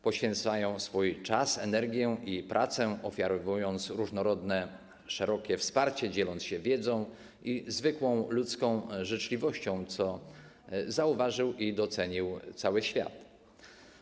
Poświęcają swój czas, energię i pracę, ofiarowując różnorodne, szerokie wsparcie, dzieląc się wiedzą i zwykłą ludzką życzliwością, co zauważył i docenił cały świat.